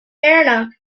arena